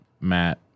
Matt